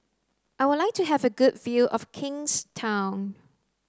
I would like to have a good view of Kingstown